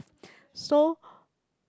so